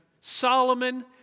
Solomon